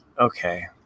okay